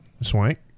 Swank